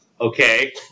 Okay